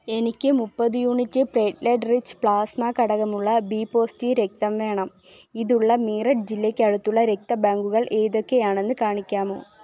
എനിക്ക് മുപ്പത് unit platelet rich plasma ഘടകമുള്ള ബീ പ്പോസിറ്റീവ് രക്തം വേണം ഇതുള്ള മീററ്റ് ജില്ലയ്ക്ക് അടുത്തുള്ള രക്ത ബാങ്കുകൾ ഏതൊക്കെയാണെന്ന് കാണിക്കാമോ